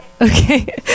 Okay